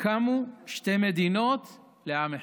קמו שתי מדינות לעם אחד: